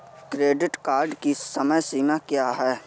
Credit card की समय सीमा क्या है?